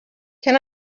can